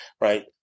right